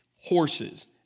horses